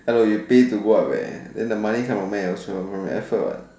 hello you paid to work leh then the money come from meh also from effort what